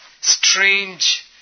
strange